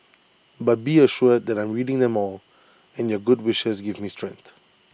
but be assured that I'm reading them all and your good wishes give me strength